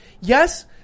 yes